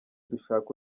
dushaka